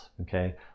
okay